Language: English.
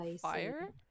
fire